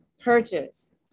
purchase